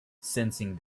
sensing